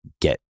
get